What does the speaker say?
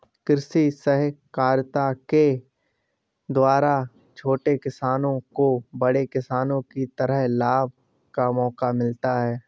कृषि सहकारिता के द्वारा छोटे किसानों को बड़े किसानों की तरह लाभ का मौका मिलता है